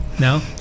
No